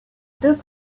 deux